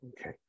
Okay